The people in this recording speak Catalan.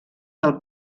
del